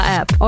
app